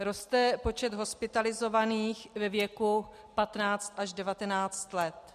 Roste počet hospitalizovaných ve věku 15 až 19 let.